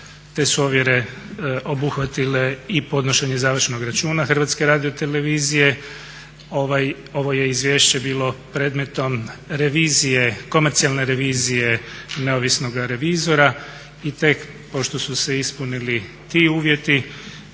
te su ovjere obuhvatile i podnošenje završnog računa Hrvatske radiotelevizije. Ovo je izvješće bilo predmetom revizije, komercijalne revizije neovisnoga revizora i tek pošto su se ispunili ti uvjeti